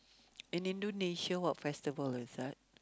in Indonesia what festival is that